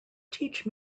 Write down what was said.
teach